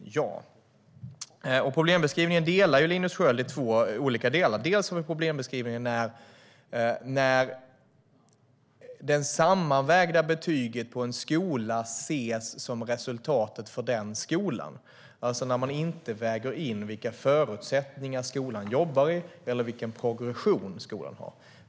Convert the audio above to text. Linus Sköld delar upp problembeskrivningen i två olika delar. Det handlar bland annat om problembeskrivningen när det sammanvägda betyget på en skola ses som resultatet för den skolan, alltså när man inte väger in under vilka förutsättningar som skolan jobbar eller vilken progression som skolan har.